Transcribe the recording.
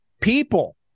people